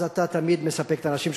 אז אתה תמיד מספק את האנשים שלך.